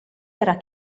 era